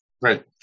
Right